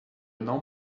não